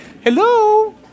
Hello